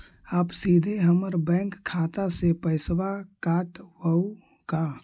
आप सीधे हमर बैंक खाता से पैसवा काटवहु का?